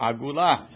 Agula